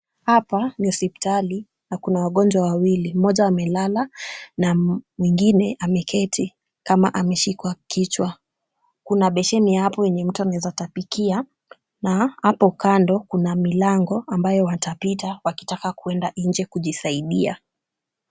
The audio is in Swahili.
Hapa ni hospitali na kuna wagonjwa wawili. Mmoja amelala na mwingine ameketi kama ameshikwa kichwa. Kuna besheni hapo yenye mtu anaweza tapikia na hapo kando kuna milango ambayo watapita wakitaka kwenda nje kujisaidia.